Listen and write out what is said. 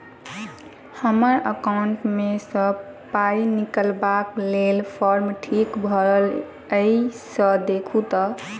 हम्मर एकाउंट मे सऽ पाई निकालबाक लेल फार्म ठीक भरल येई सँ देखू तऽ?